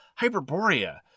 Hyperborea